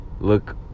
look